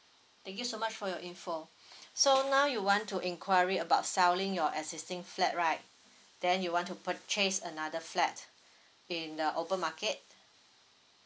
thank you so much for your info so now you want to enquiry about selling your existing flat right then you want to purchase another flat in the open market